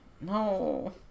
No